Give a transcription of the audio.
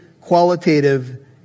qualitative